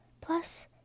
Plus